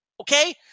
Okay